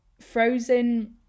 frozen